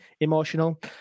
emotional